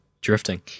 drifting